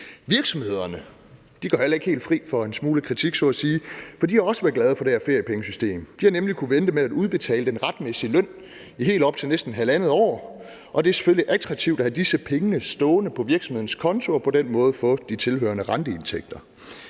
Virksomhederne går heller ikke helt fri for en smule kritik, så at sige, for de har også været glade for det her feriepengesystem. De har nemlig kunnet vente med at udbetale den retmæssige løn i helt op til næsten halvandet år, og det er selvfølgelig attraktivt at have disse penge stående på virksomhedens konto og på den måde få de tilhørende renteindtægter.